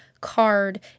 card